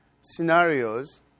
scenarios